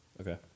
okay